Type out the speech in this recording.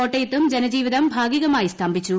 കോട്ടയത്തും ് ജനജീവിതം ഭാഗികമായി സ്തംഭിച്ചു